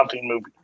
movie